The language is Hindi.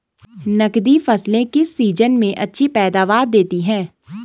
नकदी फसलें किस सीजन में अच्छी पैदावार देतीं हैं?